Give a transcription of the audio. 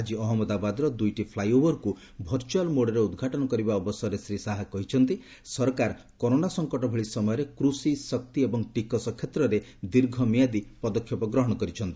ଆଜି ଅହଞ୍ଚଦାବାଦ୍ର ଦୁଇଟି ଫ୍ଲାଇଓଭରକୁ ଭର୍ଚ୍ଚୁଆଲ୍ ମୋଡ୍ରେ ଉଦ୍ଘାଟନ କରିବା ଅବସରରେ ଶ୍ରୀ ଶାହା କହିଛନ୍ତି ସରକାର କରୋନା ସଫକଟ ଭଳି ସମୟରେ କୃଷି ଶକ୍ତି ଏବଂ ଟିକସ କ୍ଷେତ୍ରରେ ଦୀର୍ଘ ମିଆଦୀ ପଦକ୍ଷେପ ଗ୍ରହଣ କରିଛନ୍ତି